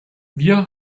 wir